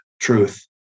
truth